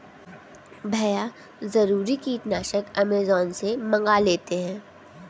भैया जरूरी कीटनाशक अमेजॉन से मंगा लेते हैं